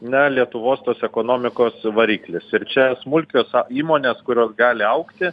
na lietuvos tos ekonomikos variklis ir čia smulkios įmonės kurios gali augti